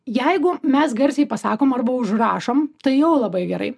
jeigu mes garsiai pasakom arba užrašom tai jau labai gerai